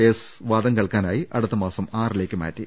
case വാദം കേൾക്കാനായി അടുത്തമാസം ആറിലേക്ക് മാറ്റി